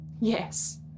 Yes